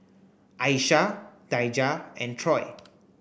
Aisha Daijah and Troy